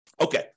Okay